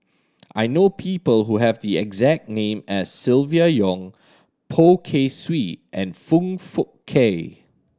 I know people who have the exact name as Silvia Yong Poh Kay Swee and Foong Fook Kay